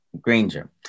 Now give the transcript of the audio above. Granger